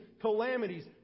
calamities